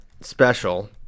special